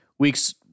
Weeks